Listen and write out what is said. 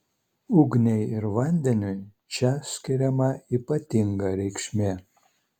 ugniai ir vandeniui čia skiriama ypatinga reikšmė